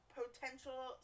potential